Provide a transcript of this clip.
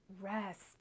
rest